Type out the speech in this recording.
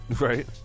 Right